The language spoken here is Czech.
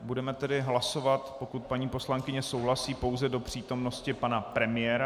Budeme tedy hlasovat, pokud paní poslankyně souhlasí, pouze do přítomnosti pana premiéra.